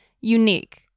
unique